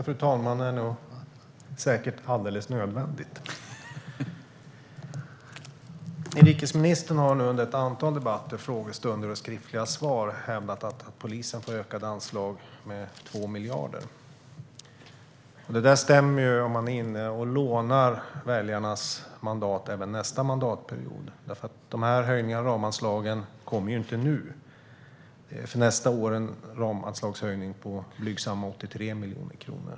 Fru talman! Det sista är säkert alldeles nödvändigt. Inrikesministern har nu i ett antal debatter, frågestunder och skriftliga svar hävdat att polisen får 2 miljarder i ökade anslag. Det stämmer om man är inne och lånar väljarnas mandat även för nästa mandatperiod, för de här höjningarna av ramanslagen kommer ju inte nu. För nästa år är det en ramanslagshöjning på blygsamma 83 miljoner kronor.